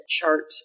chart